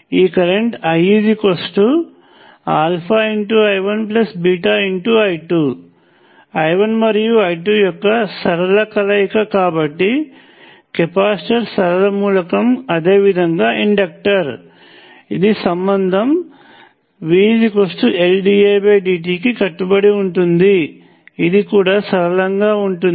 ఈ current I1 మరియు I2 యొక్క సరళ కలయిక కాబట్టి కెపాసిటర్ సరళ మూలకం అదేవిధంగా ఇండక్టర్ ఇది సంబంధం V L dI dt కి కట్టుబడి ఉంటుంది ఇది కూడా సరళంగా ఉంటుంది